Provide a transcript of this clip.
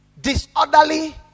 disorderly